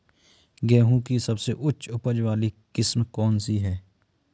गेहूँ की सबसे उच्च उपज बाली किस्म कौनसी है?